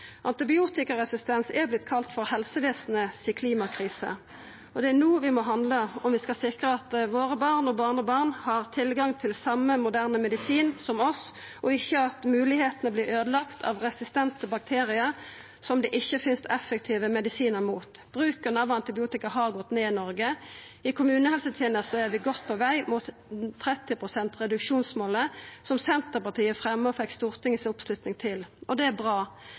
Antibiotikaresistens har vorte kalla for helsevesenet si klimakrise. Det er no vi må handla om vi skal sikra at barna og barnebarna våre har tilgang til den same moderne medisinen som vi har, og at moglegheitene ikkje vert øydelagde av resistente bakteriar som det ikkje finst effektive medisinar mot. Bruken av antibiotika har gått ned i Noreg. I kommunehelsetenesta er vi godt på veg mot målet om 30 pst. reduksjon som Senterpartiet fremja og fekk Stortinget si tilslutning til. Det er bra.